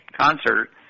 concert